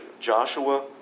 Joshua